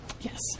Yes